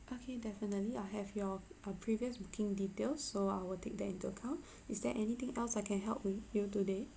okay definitely I have your uh previous booking details so I will take that into account is there anything else I can help with you today